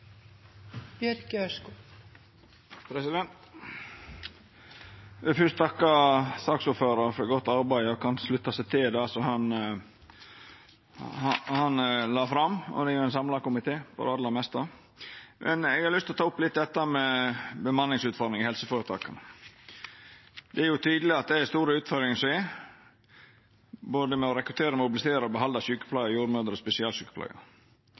vil fyrst takka saksordføraren for eit godt arbeid. Eg kan slutta meg til det som han la fram. Det er, for det aller meste, ein samla komité i denne saka. Eg har lyst å ta opp utfordringane med bemanning i helseføretaka. Det er tydeleg at det er store utfordringar med å rekruttera, mobilisera og behalda sjukepleiarar, jordmødrer og spesialsjukepleiarar. Det er dei som står i fyrste linje for å ta vare på folkehelsa, og